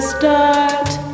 start